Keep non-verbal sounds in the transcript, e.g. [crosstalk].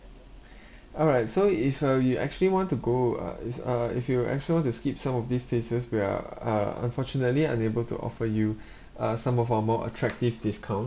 [breath] alright so if uh you actually want to go uh is uh if you actually want to skip some of these places we're uh unfortunately unable to offer you [breath] uh some of our more attractive discount